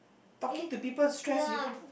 talking to people is stressed you